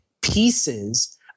pieces